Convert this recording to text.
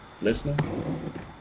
listening